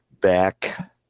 back